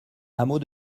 hameau